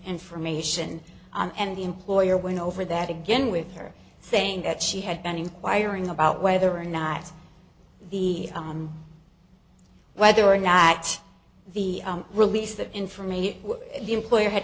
information and the employer went over that again with her saying that she had been inquiring about whether or not the whether or not the release the information the employer had